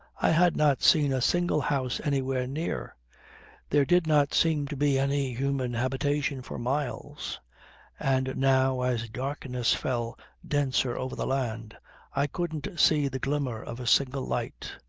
i had not seen a single house anywhere near there did not seem to be any human habitation for miles and now as darkness fell denser over the land i couldn't see the glimmer of a single light.